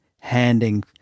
Handing